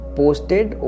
posted